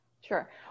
Sure